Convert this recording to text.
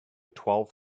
twelve